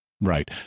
Right